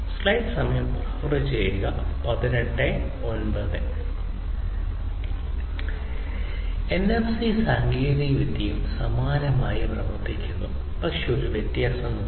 NFC സാങ്കേതികവിദ്യയും സമാനമായി പ്രവർത്തിക്കുന്നു പക്ഷേ ഒരു വ്യത്യാസമുണ്ട്